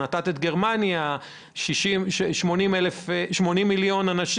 בגרמניה יש 1.06 מיליון חולים.